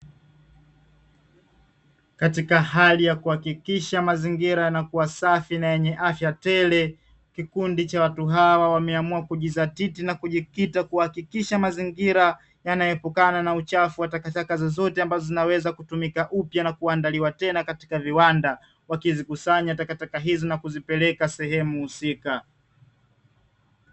Katika hali ya kuhakikisha mazingira yanakuwa safi na yenye afya tele, kikundi cha watu hawa wameamua kujidhatiti na kujikita kuhakikisha mazingira yanaepukana na uchafu wa takataka zozote ambazo zinaweza kutumika upya na kuandaliwa tena katika viwanda wakizikusanya takataka hizi na kuzipeleka sehemu husika.